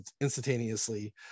instantaneously